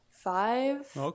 five